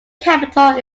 capital